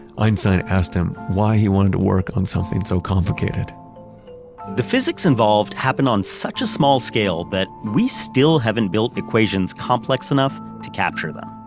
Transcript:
einstein asked him why he wanted to work on something so complicated the physics involved happened on such a small scale that we still haven't built equations complex enough to capture them,